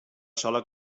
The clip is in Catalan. sola